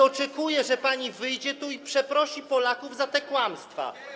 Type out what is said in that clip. Oczekuję, że pani tu wyjdzie i przeprosi Polaków za te kłamstwa.